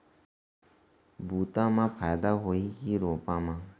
बुता म फायदा होही की रोपा म?